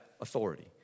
authority